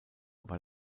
war